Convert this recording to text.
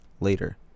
later